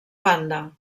banda